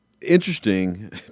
interesting